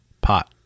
pot